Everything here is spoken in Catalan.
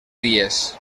dies